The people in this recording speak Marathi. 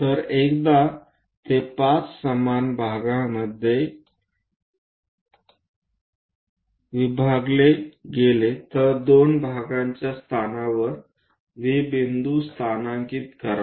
तर एकदा ते 5 समान भागांमध्ये विभागले गेले तर दोन भागांचे स्थानावर V बिंदू स्थानांकित करा